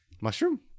Mushroom